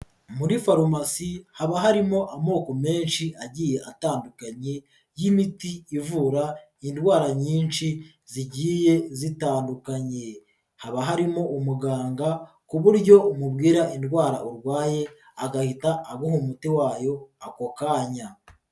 Muri farumasi haba harimo amoko menshi agiye atandukanye y'imiti ivura indwara nyinshi zigiye zitandukanye, haba harimo umuganga ku buryo umubwira indwara urwaye agahita aguha umuti wayo ako kanya.